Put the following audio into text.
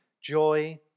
joy